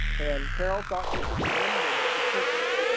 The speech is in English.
and carol thought she could remember, but she couldn't.